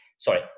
Sorry